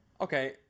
okay